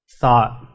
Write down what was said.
thought